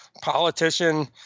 politician